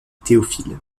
théophile